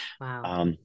Wow